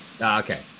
Okay